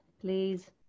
please